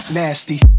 Nasty